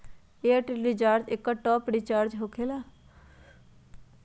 Airtel recharge एकर top off recharge होकेला?